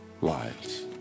lives